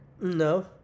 No